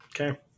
Okay